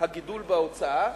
הגידול בהוצאה